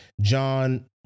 John